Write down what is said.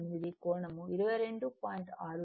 38 కోణం 22